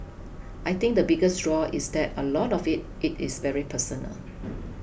I think the biggest draw is that a lot of it it is very personal